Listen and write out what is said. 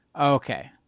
Okay